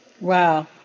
Wow